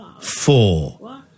four